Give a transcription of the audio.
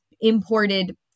imported